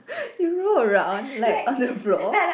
you roll around like on the floor